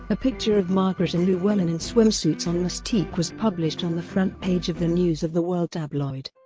a picture of margaret and llewellyn in swimsuits on mustique was published on the front page of the news of the world tabloid.